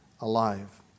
alive